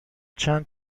چند